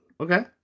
okay